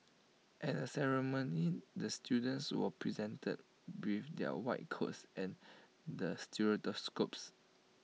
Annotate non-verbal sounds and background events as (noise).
at the ceremony the students were presented with their white coats and (unintelligible)